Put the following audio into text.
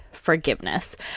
forgiveness